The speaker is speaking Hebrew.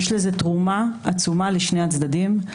יש לזה תרומה עצומה לשני הצדדים.